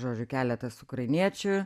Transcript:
žodžiu keletas ukrainiečių